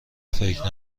فکر